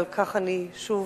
ועל כן אני שמחה